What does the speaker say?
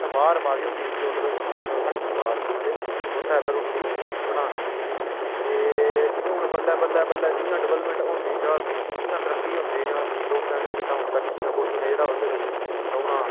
उत्थै बाह्र पाई दी होंदी चुल्ल ते उत्थै उ'नें बासठियां बालनियां ते उत्थैर रुट्टी बनानी ते हून बल्लें बल्लें बल्लें जि'यां डिवैलपमेंट होंदी जा दी जि'यां तरक्की होंदी जा दी लोकें केह् कीता हून कच्चियां कोठियां जेह्ड़ा ओह्दे बिच्च रौह्ना